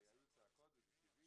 היו צעקות, זה טבעי.